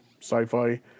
sci-fi